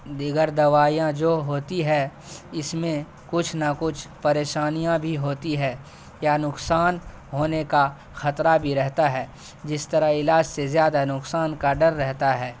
دیگر دوائیاں جو ہوتی ہیں اس میں کچھ نہ کچھ پریشانیاں بھی ہوتی ہیں یا نقصان ہونے کا خطرہ بھی رہتا ہے جس طرح علاج سے زیادہ نقصان کا ڈر رہتا ہے